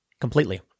Completely